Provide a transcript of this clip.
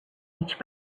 each